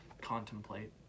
contemplate